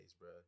bro